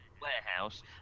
warehouse